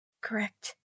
correct